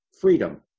freedom